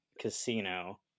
casino